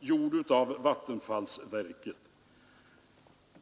gjord av vattenfallsverket.